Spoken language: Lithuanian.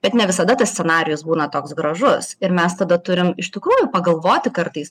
bet ne visada tas scenarijus būna toks gražus ir mes tada turim iš tikrųjų pagalvoti kartais